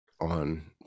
on